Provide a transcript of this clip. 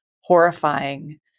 horrifying